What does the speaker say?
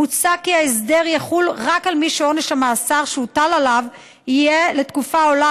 מוצע כי ההסדר יחול רק על מי שעונש המאסר שהוטל עליו יהיה לתקופה העולה